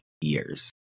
years